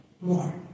more